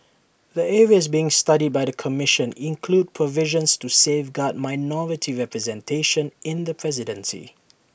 the areas being studied by the commission include provisions to safeguard minority representation in the presidency